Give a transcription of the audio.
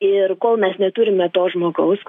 ir kol mes neturime to žmogaus